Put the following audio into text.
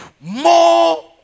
more